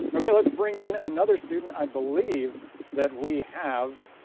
okay, let's bring in another student, i believe that we have,